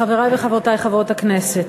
חברי וחברותי חברות הכנסת,